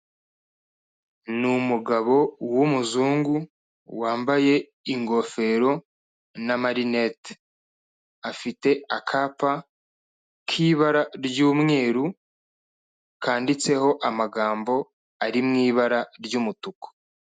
Ni umugabo w'umuzungu, wambaye ingofero na marinete, afite akapa k'ibara ry'umweru kanditseho amagambo ari mu ibara ry'umutuku.